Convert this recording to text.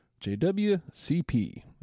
Jwcp